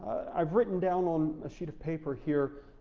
i've written down on a sheet of paper here,